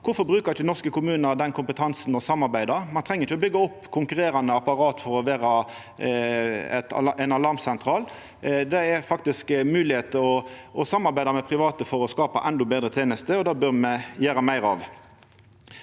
Kvifor brukar ikkje norske kommunar den kompetansen og det samarbeidet? Ein treng ikkje å byggja opp konkurrerande apparat for å vera ein alarmsentral. Det er faktisk mogleg å samarbeida med private for å skapa endå betre tenester, og det bør me gjera meir av.